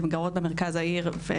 הן גרות במרכז העיר ירושלים,